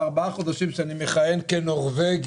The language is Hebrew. בארבעת החודשים שאני מכהן כנורבגי,